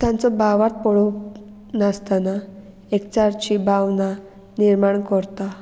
तांचो भावार्त पळोवंक नासतना एकचारची भावना निर्माण कोरता